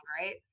right